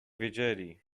wiedzieli